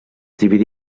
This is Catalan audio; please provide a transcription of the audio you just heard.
dividí